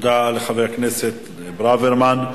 תודה לחבר הכנסת ברוורמן.